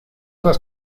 las